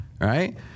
Right